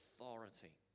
authority